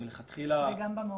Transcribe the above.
זה גם במעורבות?